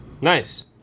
nice